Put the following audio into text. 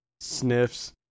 sniffs